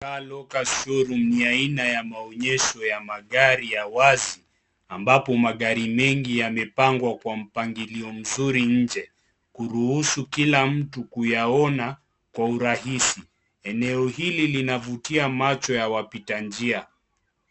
Carlo Car showroom ni aina ya maenyesho ya magari ya wazi ambapo magari mengi yamepangwa kwa mpangilio mzuri nje kuruhusu kila mtu kuyaona kwa urahisi. Eneo hili linavutia macho ya wapita njia.